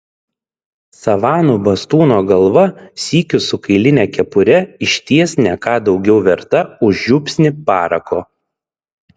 savanų bastūno galva sykiu su kailine kepure išties ne ką daugiau verta už žiupsnį parako